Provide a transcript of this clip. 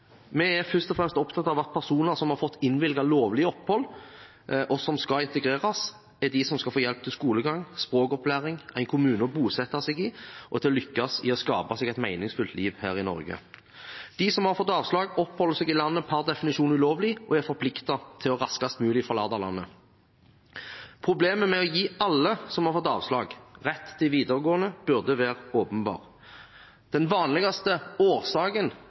vi i Fremskrittspartiet er lite klokt. Vi er først og fremst opptatt av at personer som har fått innvilget lovlig opphold, og som skal integreres, er de som skal få hjelp til skolegang, språkopplæring, en kommune å bosette seg i og til å lykkes i å skape seg et meningsfylt liv her i Norge. De som har fått avslag, oppholder seg per definisjon ulovlig i landet og er forpliktet til raskest mulig å forlate landet. Problemet med å gi alle som har fått avslag, rett til videregående, burde være åpenbart. Den vanligste årsaken